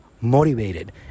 motivated